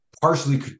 partially